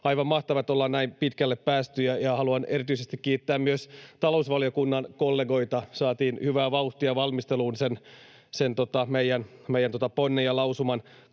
Aivan mahtavaa, että ollaan näin pitkälle päästy, ja haluan erityisesti kiittää myös talousvaliokunnan kollegoita: saatiin hyvää vauhtia valmisteluun sen meidän pontemme ja lausumamme